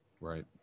Right